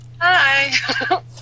hi